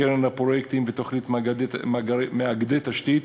קרן הפרויקטים ותוכנית מאגדי תשתית.